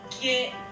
get